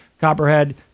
copperhead